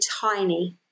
tiny